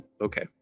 Okay